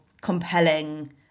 compelling